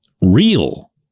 real